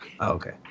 Okay